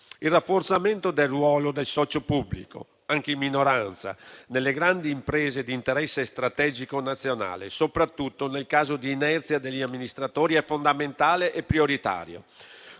Il rafforzamento del ruolo del socio pubblico, anche in minoranza, nelle grandi imprese di interesse strategico nazionale, soprattutto nel caso di inerzia degli amministratori, è fondamentale e prioritario.